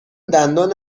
دندان